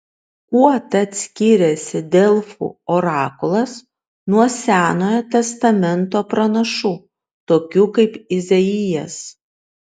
kuo tad skiriasi delfų orakulas nuo senojo testamento pranašų tokių kaip izaijas